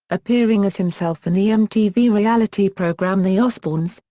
appearing as himself in the mtv reality program the osbournes,